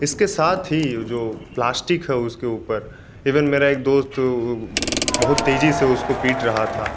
इसके साथ ही जो प्लास्टिक है उसके ऊपर इवेन मेरा एक दोस्त बहुत तेज़ी से उसको पीट रहा था